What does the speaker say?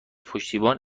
پشتیبان